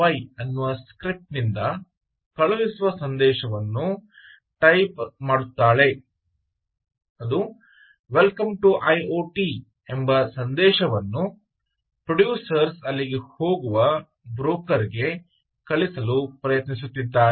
py ಅನ್ನುವ script ನಿಂದ ಕಳುಹಿಸುವ ಸಂದೇಶವನ್ನು ಟೈಪ್ ಮಾಡುತ್ತಾಳೆ ಅದು "ವೆಲ್ಕಮ್ ಟು ಐಒಟಿ" ಸಂದೇಶವನ್ನು ಪ್ರೊಡ್ಯೂಸರ್ಸ್ ಅಲ್ಲಿಗೆ ಹೋಗುವ ಬ್ರೋಕರ್ ಗೆ ಕಳಿಸಲು ಪ್ರಯತ್ನಿಸುತ್ತಿದ್ದಾರೆ